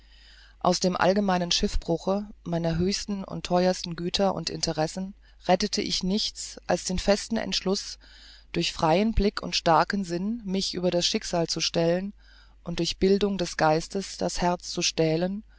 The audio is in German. aus dem allgemeinen schiffbruche meiner höchsten und theuersten güter und interessen rettete ich nichts als den festen entschluß durch freien blick und starken sinn mich über das schicksal zu stellen durch bildung des geistes das herz zu stählen